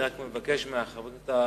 אני רק מבקש מחברי הכנסת,